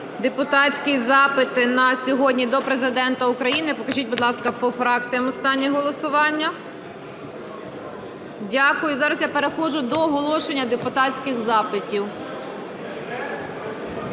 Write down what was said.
депутатські запити на сьогодні до Президента України. Покажіть, будь ласка, по фракціях останнє голосування. Дякую. Зараз я переходжу до оголошення депутатських запитів.